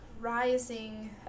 rising